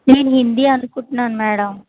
నేను హిందీ అనుకుంటున్నాను మ్యాడం